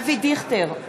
אבי דיכטר,